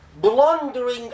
blundering